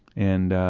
and